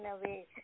away